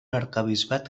arquebisbat